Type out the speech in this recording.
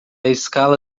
escala